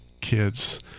kids